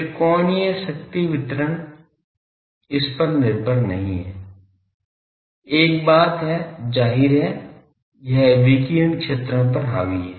फिर कोणीय शक्ति वितरण इस पर निर्भर नहीं है एक बात है जाहिर है यह विकीर्ण क्षेत्रों पर हावी है